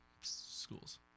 Schools